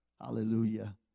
Hallelujah